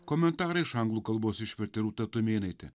komentarą iš anglų kalbos išvertė rūta tumėnaitė